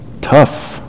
Tough